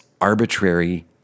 arbitrary